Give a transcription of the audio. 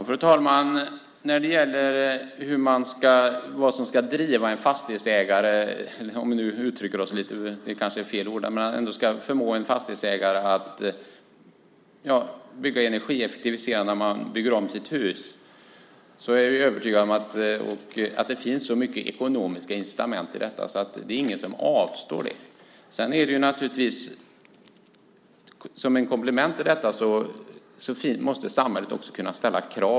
Fru talman! När det gäller vad som ska förmå en fastighetsägare att bygga energieffektivt när man bygger om sitt hus är jag övertygad att det finns så mycket ekonomiskt incitament i det här att ingen avstår det. Som ett komplement till detta måste samhället ställa krav.